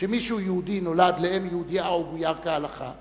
שמי שהוא יהודי נולד לאם יהודייה או גויר כהלכה,